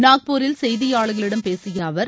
நாக்பூரில் செய்தியாளர்களிடம் பேசியஅவர்